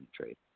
trade